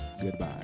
Goodbye